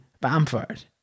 Bamford